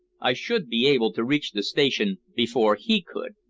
i should be able to reach the station before he could,